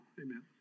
Amen